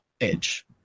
edge